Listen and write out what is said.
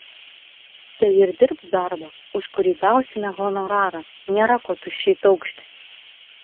tai ir dirbk darbą už kurį gausime honorarą nėra ko tuščiai taukšti